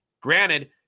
Granted